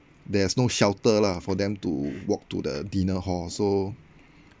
there's no shelter lah for them to walk to the dinner hall so